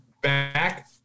back